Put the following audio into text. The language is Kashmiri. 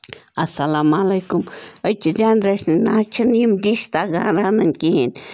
اَسَلام علیکُم أزکہِ جنریٚشنہِ نَہ حظ یِم ڈِش تَگان رَنٕنۍ کِہیٖنۍ